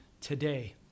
today